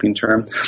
term